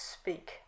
speak